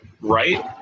right